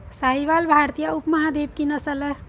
साहीवाल भारतीय उपमहाद्वीप की नस्ल है